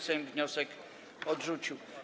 Sejm wniosek odrzucił.